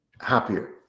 happier